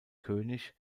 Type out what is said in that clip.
könig